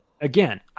Again